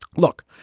look,